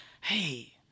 hey